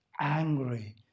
angry